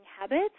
habits